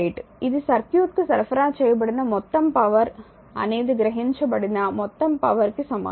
8 ఇది సర్క్యూట్కు సరఫరా చేయబడిన మొత్తం పవర్ అనేది గ్రహించబడిన మొత్తం పవర్ కి సమానం